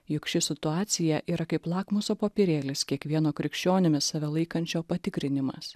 juk ši situacija yra kaip lakmuso popierėlis kiekvieno krikščionimi save laikančio patikrinimas